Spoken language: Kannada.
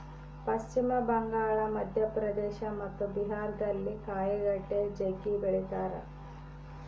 ಪಶ್ಚಿಮ ಬಂಗಾಳ, ಮಧ್ಯಪ್ರದೇಶ ಮತ್ತು ಬಿಹಾರದಲ್ಲಿ ಕಾಯಿಗಡ್ಡೆ ಜಗ್ಗಿ ಬೆಳಿತಾರ